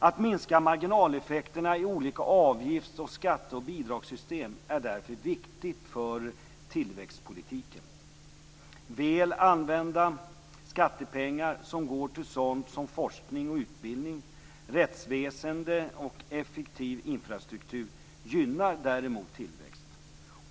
Att minska marginaleffekterna i olika avgifts-, skatte och bidragssystem är därför viktigt för tillväxtpolitiken. Väl använda skattepengar, som går till sådant som forskning och utbildning, rättsväsende och effektiv infrastruktur gynnar däremot tillväxt.